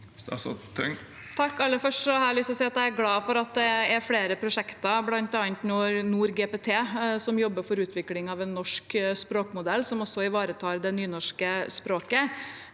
at jeg er glad for at det er flere prosjekter, bl.a. NorGPT, som jobber for utvikling av en norsk språkmodell som også ivaretar det nynorske språket.